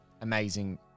Amazing